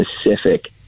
specific